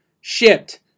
shipped